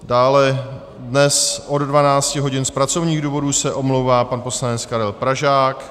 Dále dnes od 12 hodin z pracovních důvodů se omlouvá pan poslanec Karel Pražák.